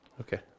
Okay